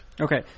Okay